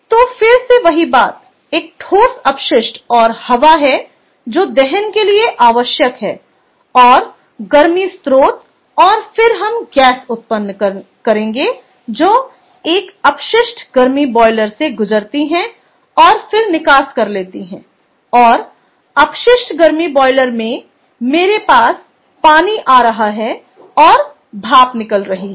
तो फिर से वही बात एक ठोस अपशिष्ट और हवा है जो दहन के लिए आवश्यक है और गर्मी स्रोत और फिर हम गैस उत्पन्न करेंगे जो एक अपशिष्ट गर्मी बॉयलर से गुजरती हैं और फिर निकास कर लेती हैं और अपशिष्ट गर्मी बॉयलर में मेरे पास पानी आ रहा है और भाप निकल रही है